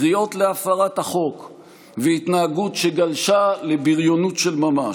קריאות להפרת החוק והתנהגות שגלשה לבריונות של ממש.